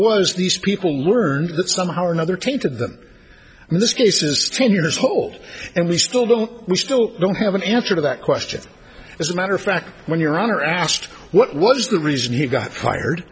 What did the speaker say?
was these people learned that somehow or another tainted them in this case is ten years old and we still don't we still don't have an answer to that question as a matter of fact when your honor asked what was the reason he got fired